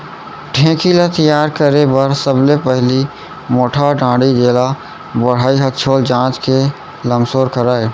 ढेंकी ल तियार करे बर सबले पहिली मोटहा डांड़ी जेला बढ़ई ह छोल चांच के लमसोर करय